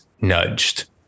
nudged